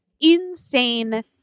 insane